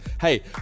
hey